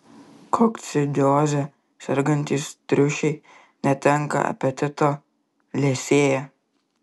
kokcidioze sergantys triušiai netenka apetito liesėja